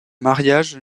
mariage